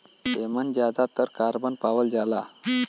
एमन जादातर कारबन पावल जाला